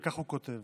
וכך הוא כותב: